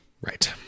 Right